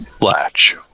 latch